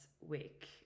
week